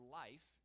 life